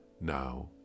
now